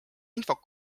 infot